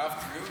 הרב צבי יהודה?